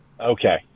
Okay